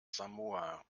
samoa